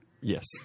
Yes